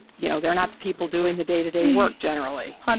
you know, they're not the people doing the day-to-day work generally,